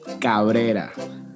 Cabrera